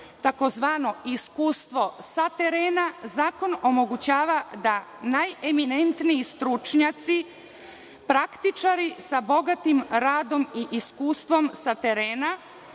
tzv. iskustvo sa terena, zakon omogućava da najeminentniji stručnjaci, praktičari sa bogatim radom i iskustvom sa terena